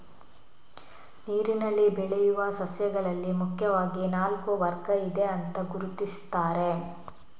ನೀರಿನಲ್ಲಿ ಬೆಳೆಯುವ ಸಸ್ಯಗಳಲ್ಲಿ ಮುಖ್ಯವಾಗಿ ನಾಲ್ಕು ವರ್ಗ ಇದೆ ಅಂತ ಗುರುತಿಸ್ತಾರೆ